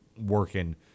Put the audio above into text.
working